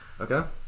Okay